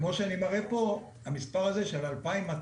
כמו שאני מראה פה: המספר הזה של 2,200